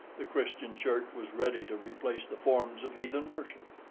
the christian church was ready to replace the forms of heathen worship.